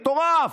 מטורף,